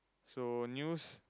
so news